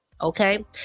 okay